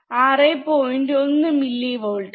1 മില്ലി വോൾട്ടും